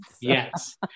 Yes